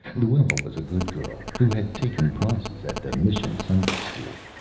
luella was a good girl, who had taken prizes at the mission sunday school,